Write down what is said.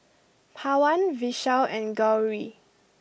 Pawan Vishal and Gauri